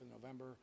November